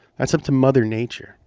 that's up to mother nature,